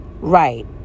right